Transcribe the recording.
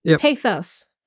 Pathos